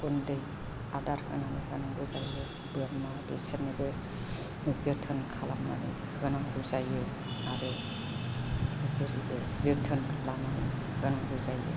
गुन्दै आदार होनांगौ जायो बोरमा बिसोरनोबो जोथोन खालामनानै होनांगौ जायो आरो जोथोन लानानै होनांगौ जायो